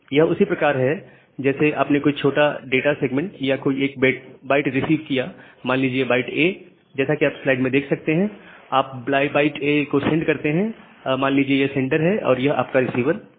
यह उसी प्रकार है जैसे आपने कोई छोटा डाटा सेगमेंट या कोई एक बाइट रिसीव किया मान लीजिए बाइट A जैसा कि आप स्लाइड में देख सकते हैं आप बाइट A को सेंड करते हैं मान लीजिए यह सेंडर है और यह आपका रिसीवर है